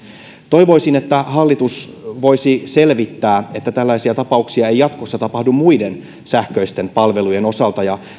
toivoisin että hallitus voisi selvittää että tällaisia tapauksia ei jatkossa tapahdu muiden sähköisten palvelujen osalta ja